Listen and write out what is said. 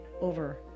over